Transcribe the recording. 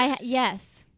Yes